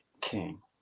king